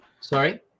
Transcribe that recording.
Sorry